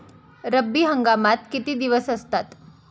रब्बी हंगामात किती दिवस असतात?